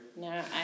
No